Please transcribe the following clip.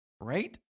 Right